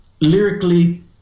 lyrically